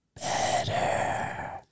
better